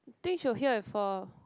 think she were here before